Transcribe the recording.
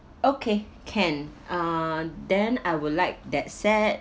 okay can uh then I would like that set